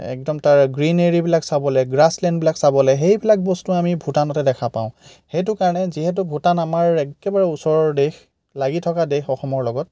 একদম তাৰ গ্ৰিনেৰীবিলাক চাবলৈ গ্ৰাছলেণ্ডবিলাক চাবলৈ সেইবিলাক বস্তু আমি ভূটানতে দেখা পাওঁ সেইটো কাৰণে যিহেতু ভূটান আমাৰ একেবাৰে ওচৰৰ দেশ লাগি থকা দেশ অসমৰ লগত